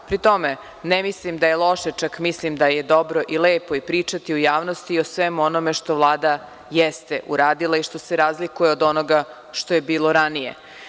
Pri tome, ne mislim da je loše, čak mislim da je dobro i lepo pričati u javnosti o svemu onome što Vlada jeste uradila i što se razlikuje od onoga što je bilo ranije.